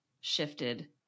shifted